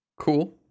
Cool